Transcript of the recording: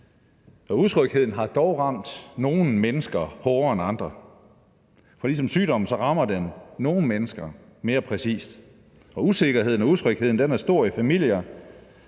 Utrygheden har dog ramt nogle mennesker hårdere end andre, for ligesom sygdommen rammer den nogle mennesker mere præcist. Og usikkerheden og utrygheden er stor i familier,